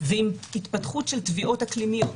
ועם התפתחות של תביעות אקלימיות